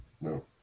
no